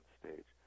stage